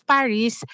Paris